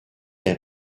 est